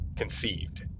Conceived